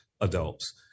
adults